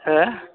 हो